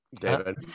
David